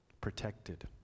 protected